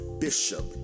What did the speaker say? Bishop